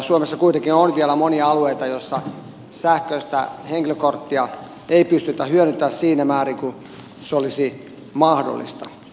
suomessa kuitenkin on vielä monia alueita joilla sähköistä henkilökorttia ei pystytä hyödyntämään siinä määrin kuin se olisi mahdollista